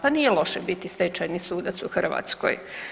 Pa nije loše biti stečajni sudac u Hrvatskoj.